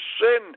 sin